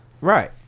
Right